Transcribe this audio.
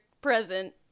present